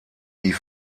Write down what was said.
wie